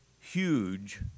huge